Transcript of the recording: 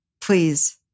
Please